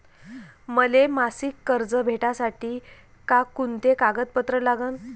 मले मासिक कर्ज भेटासाठी का कुंते कागदपत्र लागन?